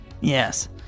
Yes